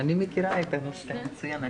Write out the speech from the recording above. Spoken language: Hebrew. אני מכירה את הנושא מצוין,